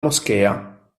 moschea